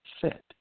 set